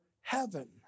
heaven